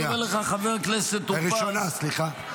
שנייה, ראשונה, סליחה.